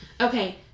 Okay